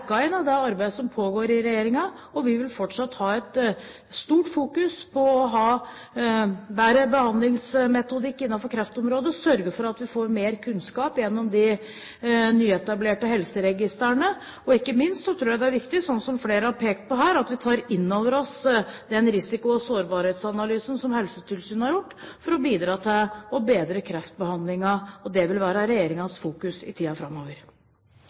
inn av det arbeidet som pågår i regjeringen. Vi vil fortsatt ha et stort fokus på å ha bedre behandlingsmetodikk innenfor kreftområdet, sørge for at vi får mer kunnskap gjennom de nyetablerte helseregistrene, og, ikke minst tror jeg det er viktig, som flere har pekt på, at vi tar inn over oss den risiko- og sårbarhetsanalysen som Helsetilsynet har gjort, for å bidra til å bedre kreftbehandlingen. Det vil være regjeringens fokus i tiden framover.